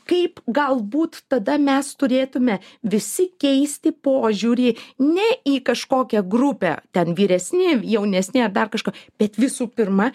kaip galbūt tada mes turėtume visi keisti požiūrį ne į kažkokią grupę ten vyresni jaunesni ar dar kažką bet visų pirma